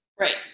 Right